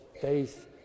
faith